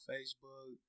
Facebook